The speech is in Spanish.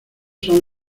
son